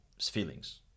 feelings